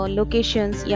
locations